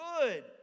good